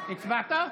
הצבעת?